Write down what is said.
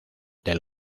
del